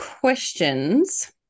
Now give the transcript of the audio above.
questions